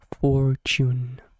Fortune